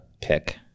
pick